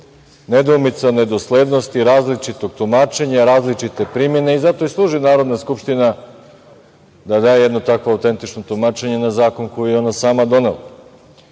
nedoumica, nedoslednosti, različitog tumačenja, različite primene. Zato i služi Narodna skupština da da jedno takvo autentično tumačenje na zakon koji je ona sama